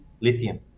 lithium